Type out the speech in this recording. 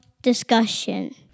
discussion